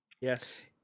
Yes